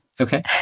okay